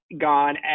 gone